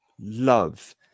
love